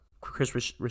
Chris